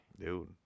Dude